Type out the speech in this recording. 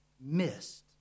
missed